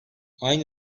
aynı